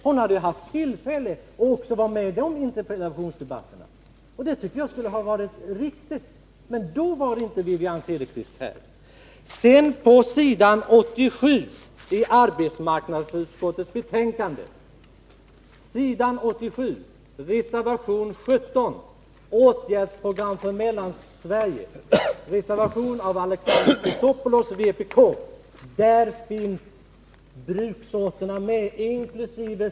Hon hade haft tillfälle att vara med också i de interpellationsdebatterna, och det tycker jag skulle ha varit riktigt. Men då var hon inte här. På s. 87 i arbetsmarknadsutskottets betänkande finns reservation 17 av Alexander Chrisopoulos om ett åtgärdsprogram för Mellansverige, och där finns bruksorterna med inkl.